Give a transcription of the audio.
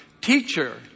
Teacher